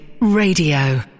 Radio